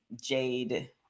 jade